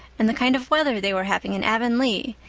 and the kind of weather they were having in avonlea,